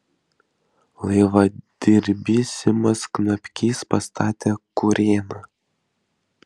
laivadirbys simas knapkys pastatė kurėną